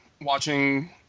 watching